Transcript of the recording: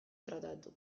tratatu